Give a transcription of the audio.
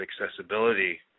accessibility